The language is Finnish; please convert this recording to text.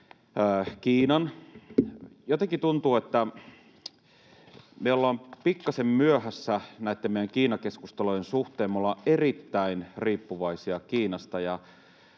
Kiinan. Jotenkin tuntuu, että me ollaan pikkasen myöhässä näiden meidän Kiina-keskustelujen suhteen. Me ollaan erittäin riippuvaisia Kiinasta,